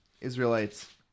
Israelites